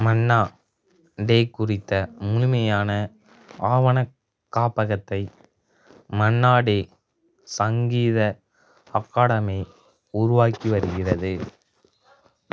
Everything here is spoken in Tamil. மன்னா டே குறித்த முழுமையான ஆவணக் காப்பகத்தை மன்னா டே சங்கீத அகாடமி உருவாக்கி வருகிறது